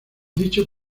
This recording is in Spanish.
dicho